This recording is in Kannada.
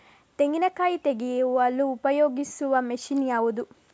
ತೆಂಗಿನಕಾಯಿ ತೆಗೆಯಲು ಉಪಯೋಗಿಸುವ ಮಷೀನ್ ಯಾವುದು?